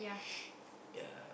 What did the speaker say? yeah